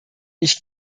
ich